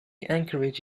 encourage